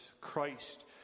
Christ